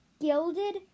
gilded